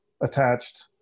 attached